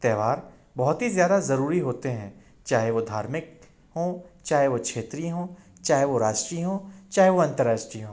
त्यौहार बहुत ही ज़्यादा ज़रूरी होते हैं चाहे वो धार्मिक हों चाहे वो क्षेत्रीय हों चाहे वो राष्ट्रीय हों चाहे वो अंतर्राष्ट्रीय हों